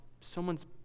someone's